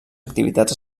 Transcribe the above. activitats